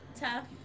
tough